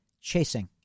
chasing